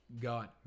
God